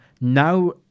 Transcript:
now